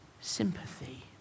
sympathy